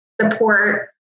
support